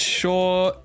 sure